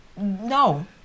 No